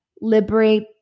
liberate